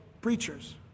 preachers